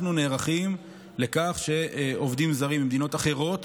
אנחנו נערכים לכך שעובדים זרים ממדינות אחרות